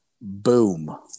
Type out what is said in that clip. Boom